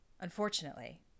Unfortunately